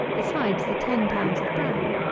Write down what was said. besides the ten pounds of bran.